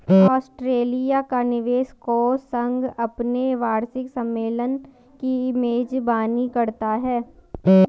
Australia का निवेश कोष संघ अपने वार्षिक सम्मेलन की मेजबानी करता है